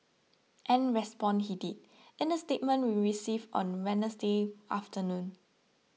and respond he did in a statement we received on Wednesday afternoon